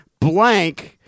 blank